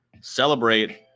Celebrate